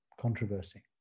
controversy